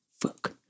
Fuck